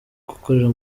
gukorera